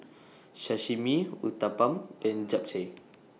Sashimi Uthapam and Japchae